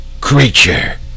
creature